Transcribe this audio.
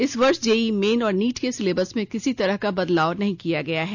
इस वर्ष JEE main और नीट के सिलेबस में किसी तरह का बदलाव नहीं किया गया है